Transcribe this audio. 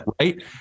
right